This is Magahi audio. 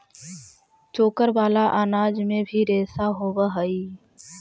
चोकर वाला अनाज में भी रेशा होवऽ हई